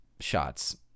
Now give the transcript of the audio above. shots